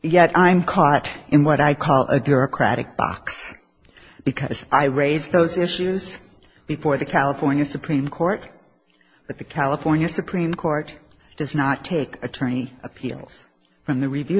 yet i'm caught in what i call a cure craddick box because i raise those issues before the california supreme court but the california supreme court does not take attorney appeals from the review